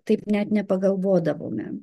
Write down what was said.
taip net nepagalvodavome